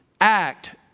Act